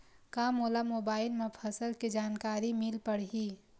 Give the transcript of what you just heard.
का मोला मोबाइल म फसल के जानकारी मिल पढ़ही?